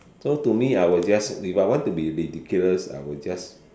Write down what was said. so to me I will just if I want to be ridiculous I will just